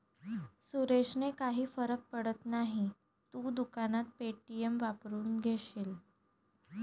सुरेशने काही फरक पडत नाही, तू दुकानात पे.टी.एम वापरून घेशील